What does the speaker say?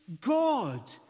God